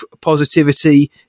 positivity